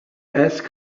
ask